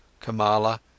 Kamala